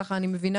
ככה אני מבינה,